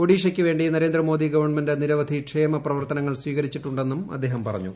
ഒഡീഷയ്ക്ക് വേണ്ടി നരേന്ദ്രമോദി ഗവണ്മെന്റ് നിരവധി ക്ഷേമപ്രവർത്തനങ്ങൾ സ്വീകരിച്ചിട്ടുണ്ടെന്നും അദ്ദേഹം പറഞ്ഞു